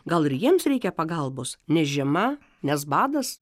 gal ir jiems reikia pagalbos nes žiema nes badas